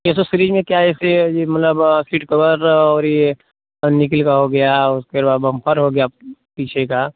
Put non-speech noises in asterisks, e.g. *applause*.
एसोसीरीज में क्या है ऐसे यह मतलब सीट कवर और यह *unintelligible* का हो गया और फ़िर बम्पर हो गया पीछे का